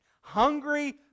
hungry